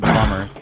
Bummer